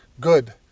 good